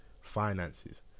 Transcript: finances